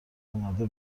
اومده